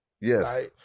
Yes